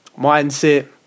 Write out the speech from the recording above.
mindset